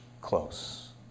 close